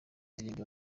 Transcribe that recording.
indirimbo